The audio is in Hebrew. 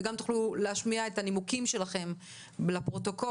וגם תוכלו להשמיע את הנימוקים שלכם לפרוטוקול,